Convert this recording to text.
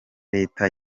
leta